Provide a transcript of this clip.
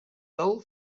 del